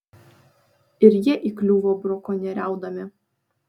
ir jie įkliuvo brakonieriaudami